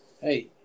Hey